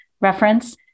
reference